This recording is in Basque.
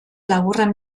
laburren